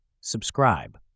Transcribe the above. Subscribe